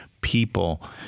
people